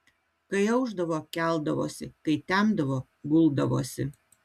kai aušdavo keldavosi kai temdavo guldavosi